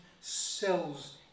cells